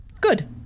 Good